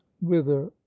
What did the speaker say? whither